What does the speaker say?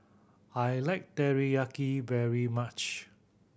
I like Teriyaki very much